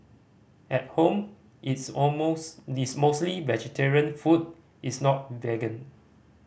at home it's all most it's mostly vegetarian food is not vegan